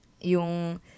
yung